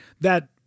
that-